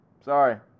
Sorry